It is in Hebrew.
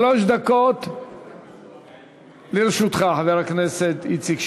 שלוש דקות לרשותך, חבר הכנסת איציק שמולי.